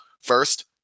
first